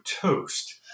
toast